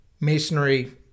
masonry